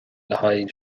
haghaidh